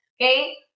Okay